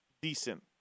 Decent